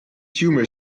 tumor